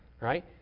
right